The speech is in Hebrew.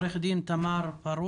לעורכת הדין תמר פרוש.